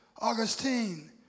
Augustine